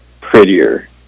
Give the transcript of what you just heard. prettier